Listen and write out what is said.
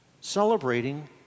celebrating